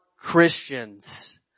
Christians